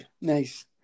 Nice